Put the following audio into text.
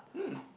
mm